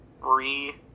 Three